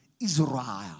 Israel